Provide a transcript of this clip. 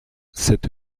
cette